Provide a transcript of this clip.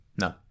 no